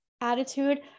attitude